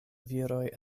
viroj